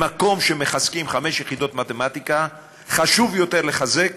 במקום שמחזקים חמש יחידות מתמטיקה, חשוב יותר לחזק